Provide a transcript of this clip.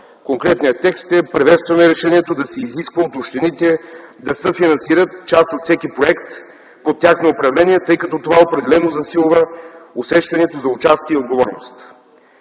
Конкретният текст е: „Приветстваме решението да се изисква от общините да съфинансират част от всеки проект под тяхно управление, тъй като това определено засилва усещането за участие и отговорност”.